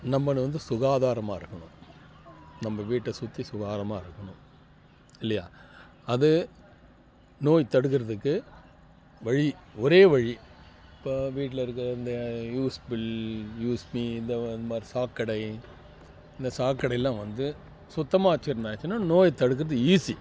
நம்மள வந்து சுகாதாரமாக இருக்கணும் நம்ம வீட்டை சுற்றி சுகாதாரமாக இருக்கணும் இல்லையா அது நோய் தடுக்கிறதுக்கு வழி ஒரே வழி இப்போ வீட்டில் இருக்கிற இந்து யூஸ் பின் யூஸ் மீ இந்த இந்தமாரி சாக்கடை இந்த சாக்கடையெல்லாம் வந்து சுத்தமாக வச்சிருந்தாச்சின்னால் நோய் தடுக்கிறது ஈஸி